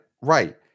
right